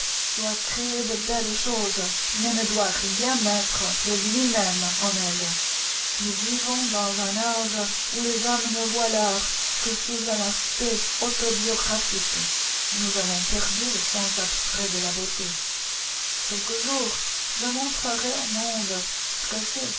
doit créer de belles choses mais ne doit rien mettre de lui-même en elles nous vivons dans un âge où les hommes ne voient l'art que sous un aspect autobiographique nous avons perdu le sens abstrait de la beauté quelque jour je montrerai au monde ce que c'est